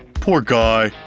poor guy.